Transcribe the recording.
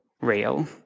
real